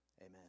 Amen